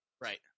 Right